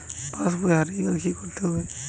পাশবই হারিয়ে গেলে কি করতে হবে?